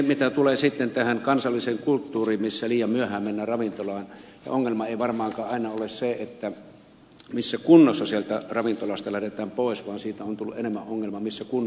mitä tulee sitten tähän kansalliseen kulttuuriin missä liian myöhään mennään ravintolaan niin ongelma ei varmaankaan aina ole se missä kunnossa sieltä ravintolasta lähdetään pois vaan enemmän ongelma on tullut siitä missä kunnossa sinne mennään